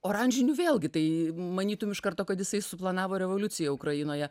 oranžiniu vėlgi tai manytum iš karto kad jisai suplanavo revoliuciją ukrainoje